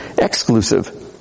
exclusive